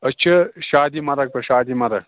أسۍ چھِ شادی مرگ پٮ۪ٹھ شادی مرگ